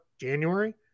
January